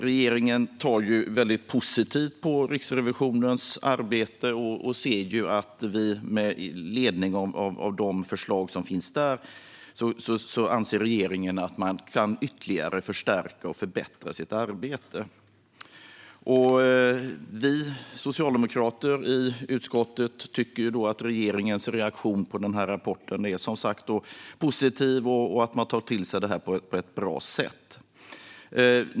Regeringen ser väldigt positivt på Riksrevisionens arbete och anser att man med ledning av förslagen i rapporten kan ytterligare förstärka och förbättra sitt arbete. Vi socialdemokrater i utskottet tycker att regeringens reaktion på rapporten är positiv och att man tar det till sig på ett bra sätt.